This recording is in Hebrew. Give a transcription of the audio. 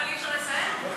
אבל אי-אפשר לזהם.